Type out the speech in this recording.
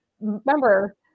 remember